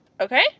Okay